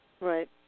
Right